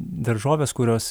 daržovės kurios